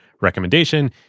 recommendation